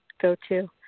go-to